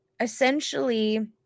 essentially